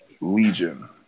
legion